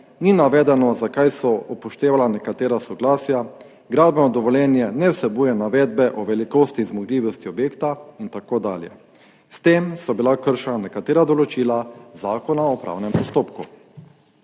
ni navedeno, zakaj so upoštevana nekatera soglasja, gradbeno dovoljenje ne vsebuje navedbe o velikosti, zmogljivosti objekta in tako dalje. S tem so bila kršena nekatera določila zakona o upravnem postopku.